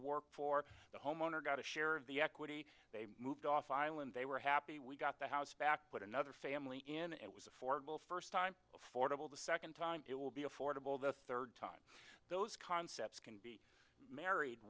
work for the homeowner got a share of the equity they moved off island they were happy we got the house back but another family and it was affordable first time affordable the second time it will be affordable the third time those concepts can be married